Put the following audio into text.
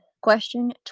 question